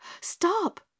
stop